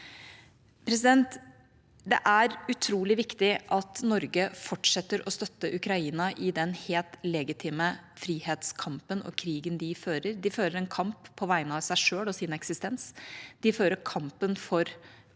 Ukraina? Det er utrolig viktig at Norge fortsetter å støtte Ukraina i den helt legitime frihetskampen og krigen de fører. De fører en kamp på vegne av seg selv og sin eksistens, de fører kampen for åpne,